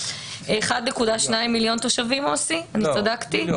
יש בירושלים מיליון תושבים, ואין